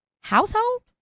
household